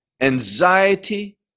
anxiety